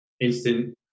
instant